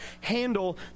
handle